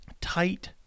tight